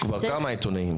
כבר כמה עיתונאים.